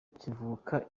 kivuka